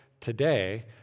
today